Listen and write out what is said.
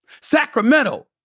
Sacramento